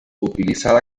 utilizada